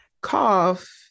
cough